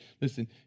Listen